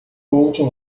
último